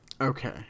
Okay